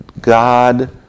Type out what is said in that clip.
God